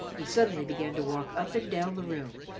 he suddenly began to walk up and down the room,